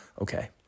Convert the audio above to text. okay